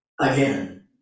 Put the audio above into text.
again